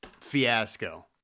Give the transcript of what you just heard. fiasco